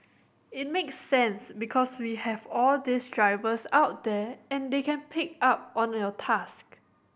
it makes sense because we have all these drivers out there and they can pick up on your task